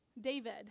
David